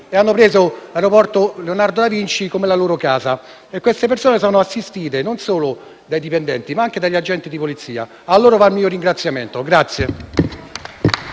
e hanno preso l'aeroporto Leonardo Da Vinci come la loro casa. Queste persone sono assistite non solo dai dipendenti, ma anche dagli agenti di polizia. A loro va il mio ringraziamento.